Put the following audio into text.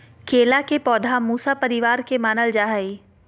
केला के पौधा मूसा परिवार के मानल जा हई